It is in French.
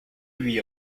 lui